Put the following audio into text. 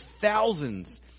thousands